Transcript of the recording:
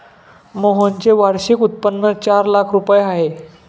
मोहनचे वार्षिक उत्पन्न चार लाख रुपये आहे